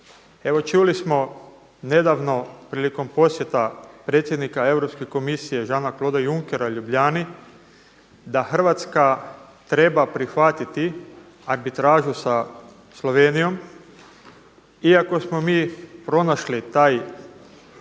Evo čuli smo nedavno prilikom posjeta predsjednika Europske komisije Jean-Claude Junckera Ljubljani da Hrvatska treba prihvatiti arbitražu sa Slovenijom, iako smo mi pronašli taj